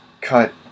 cut